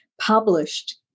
published